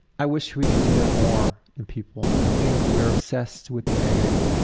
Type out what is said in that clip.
i wish we could do that more. and people i think we're obsessed with the negative.